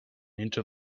into